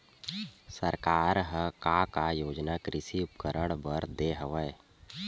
सरकार ह का का योजना कृषि उपकरण बर दे हवय?